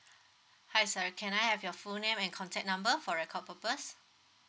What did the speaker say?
hi sir can I have your full name and contact number for record purpose